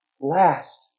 last